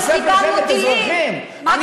אבל קיבלנו טילים.